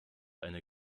eine